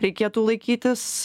reikėtų laikytis